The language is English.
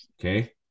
okay